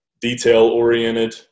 detail-oriented